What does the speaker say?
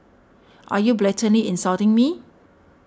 are you blatantly insulting me